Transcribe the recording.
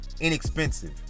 inexpensive